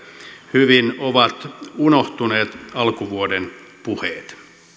hyvin ovat unohtuneet alkuvuoden puheet